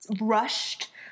rushed